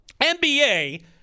NBA